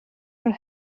her